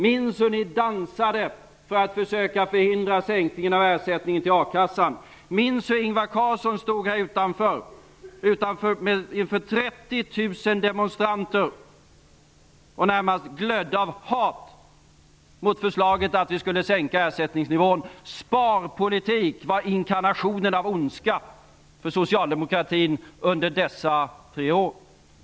Minns hur ni dansade för att försöka förhindra sänkningen av ersättningen till a-kassan! Minns hur Ingvar Carlsson stod här utanför inför 30 000 demonstranter och närmast glödde av hat mot förslaget att vi skulle sänka ersättningsnivån! Sparpolitik var inkarnationen av ondska för socialdemokratin under dessa tre år.